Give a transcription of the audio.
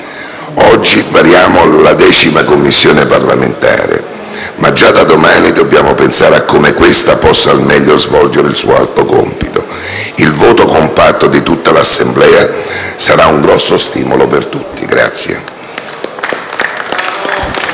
Oggi variamo la decima Commissione, ma già da domani dobbiamo pensare a come questa possa meglio svolgere il suo alto compito. Il voto compatto di tutta l'Assemblea sarà un grande stimolo per tutti.